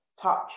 touch